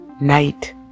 night